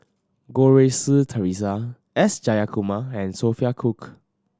Goh Rui Si Theresa S Jayakumar and Sophia Cooke